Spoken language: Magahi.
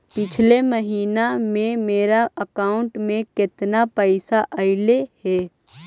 पिछले महिना में मेरा अकाउंट में केतना पैसा अइलेय हे?